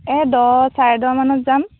এ দহ চাৰে দহ মানত যাম